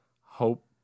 Hope